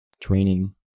training